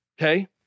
Okay